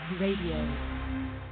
Radio